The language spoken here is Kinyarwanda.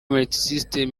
multisystem